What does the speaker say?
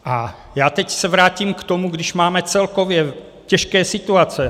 A já teď se vrátím k tomu, když máme celkově těžké situace.